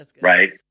Right